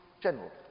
general